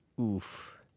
Oof